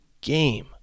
game